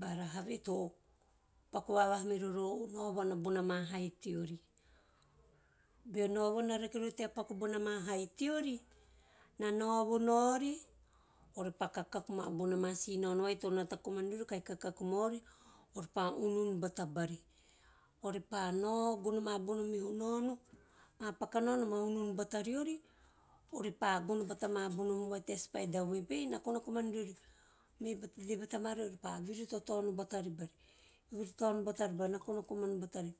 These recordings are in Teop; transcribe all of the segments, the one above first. Barar have to paku vavaha me rori o naovana bona ma hai teori. Beo naovana rake rori tea paku bina ma hai teori, na naovo naori pa kakaku ma bon a ma si pea naono vai to nata komana ni viori kahi kakaku mau ori ore pa unun bata bari, ore pa nao gono ma bona meho naono, ama paka naono ma unun bata riori ove pa gono bata ma bono hum va teo spider web ei, na kona komana ni riori de bata mari ove pa viru tataono batari bari viru tataono batari bari, na kona komana batari.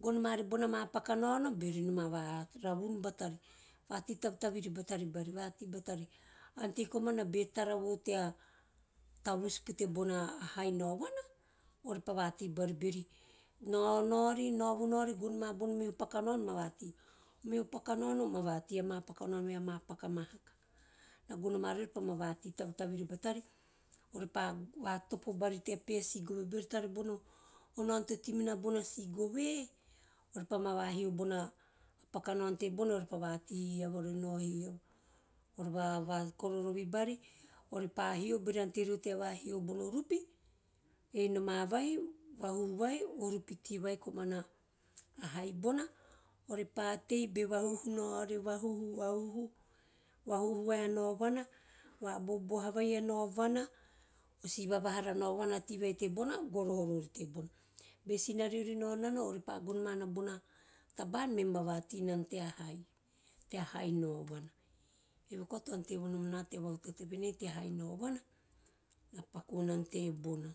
Gono mavi bonama paka naono beori noma vaha, varavun batari, vati tavitavivi batavi bari, vati batari ante koman be tara vo tea be tavus po te bona hai naovana, ove pa vati bari beori nao - nao ri, navo naovi gono ma bono meho paka naono ma vati, ama paka naono vai ama paka mahaka, na gono ma riori ove pa ma vati tavitavin batavi bari, ove pa va topo bari teo peho si gove, beori tava bono naono to tei minana bona peha si gove ore pa ma vahio bona paka nao tebona ove pa ma vati bari, ove nao hihiava, ore paku bona va kororovi, bari ore pa hio beori ante rori tea vahio bono rupi. Ei noma vai, vahuhhu vai, o rupi tei vai komana hai bona, ove pa tei nao be vahuhu - vahuhu - vahuhu nao a naovana o va boboha vai a nauvana, o si vahara naovana tei vai tebona govoho rori tebona, be sinariori nao nana, gono mana bona taba an me ma vati nana bona te hai bona. Eve koa to ante nom na tea vahutate venei tea hai noavana na paku vonan tebona.